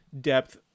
depth